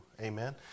Amen